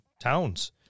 towns